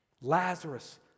Lazarus